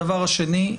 דבר שני,